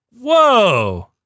Whoa